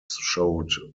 showed